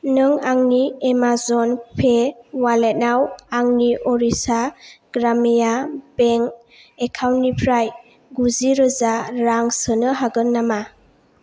नों आंनि Amazon pay अवालेटाव आंनि अरिस्सा ग्रामिया बेंक एकाउन्टनिफ्राय गुजि रोजा रां सोनो हागोन नामा